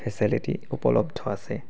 facility উপলব্ধ আছে